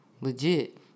legit